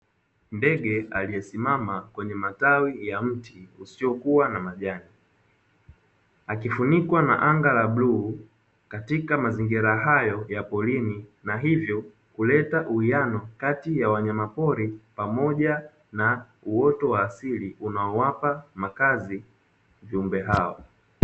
Ndege aliyesimama kwenye matawi ya mti usiokuwa na majani, akifunikwa na anga la bluu katika mazingira hayo ya porini na hivyo kuleta uwiano kati ya wanyamapori pamoja na uoto wa asili unaowapa makazi viumbe hao.